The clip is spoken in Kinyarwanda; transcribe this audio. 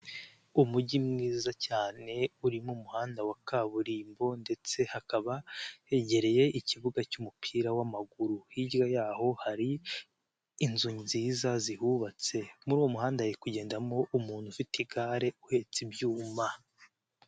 Umujyi mwiza cyane urimo umuhanda wa kaburimbo ndetse hakaba hegereye ikibuga cy'umupira w'amaguru, hirya yaho hari inzu nziza zihubatse, muri uwo muhanda hari kugendamo umuntu ufite igare uhetse ibyuma.